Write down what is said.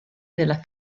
della